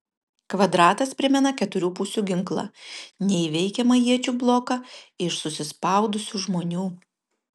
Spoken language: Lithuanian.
kvadratas primena keturių pusių ginklą neįveikiamą iečių bloką iš susispaudusių žmonių